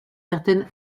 certaine